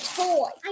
toy